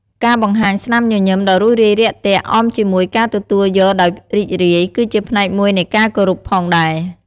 ការបង្ហាញស្នាមញញឹមដ៏រួសរាយរាក់ទាក់ អមជាមួយការទទួលយកដោយរីករាយ ក៏ជាផ្នែកមួយនៃការគោរពផងដែរ។